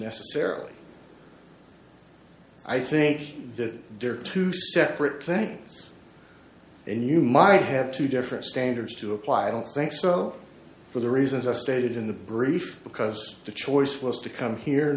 necessarily i think that there are two separate things and you might have two different standards to apply i don't think so for the reasons i stated in the brief because the choice was to come here